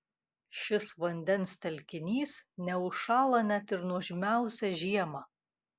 šis vandens telkinys neužšąla net ir nuožmiausią žiemą